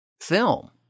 film